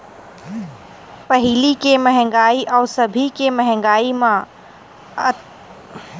पहिली के मंहगाई अउ अभी के मंहगाई म अंतर घलो काहेच के हवय